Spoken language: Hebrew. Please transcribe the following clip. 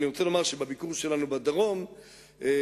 אני רוצה לומר שבביקור שלנו בדרום היה